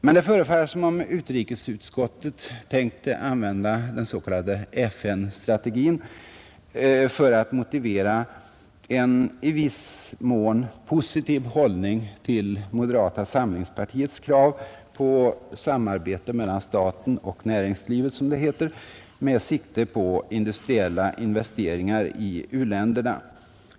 Men det förefaller som om utrikesutskottet tänker använda den s.k. FN-strategin för att motivera en i viss mån positiv hållning till moderata samlingspartiets krav på samarbete mellan staten och näringslivet — som det heter — med sikte på industriella investeringar i u-länderna.